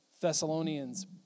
Thessalonians